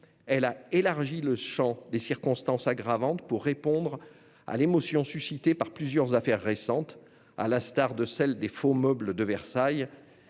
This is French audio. Elle a élargi le champ des circonstances aggravantes, pour répondre à l'émotion suscitée par plusieurs affaires récentes, comme celle des faux meubles de Versailles,